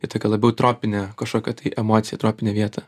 į tokią labiau į tropinę kažkokią tai emociją tropinę vietą